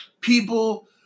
people